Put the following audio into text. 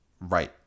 Right